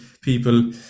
people